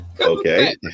Okay